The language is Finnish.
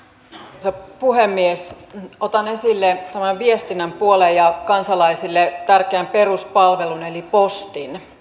arvoisa puhemies otan esille tämän viestinnän puolen ja kansalaisille tärkeän peruspalvelun eli postin